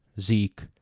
Zeke